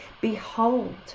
Behold